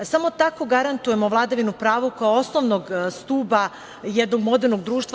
Samo tako garantujemo vladavinu prava kao osnovnog stuba jednog modernog društva.